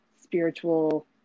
spiritual